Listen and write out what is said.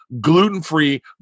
gluten-free